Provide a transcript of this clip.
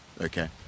okay